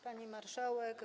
Pani Marszałek!